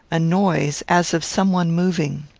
a noise, as of some one moving.